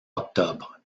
octobre